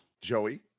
Joey